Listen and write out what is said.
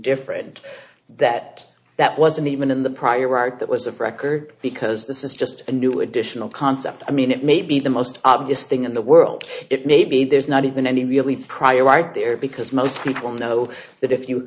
different that that wasn't even in the prior art that was a record because this is just a new additional concept i mean it may be the most obvious thing in the world it may be there's not even any really prior art there because most people know that if you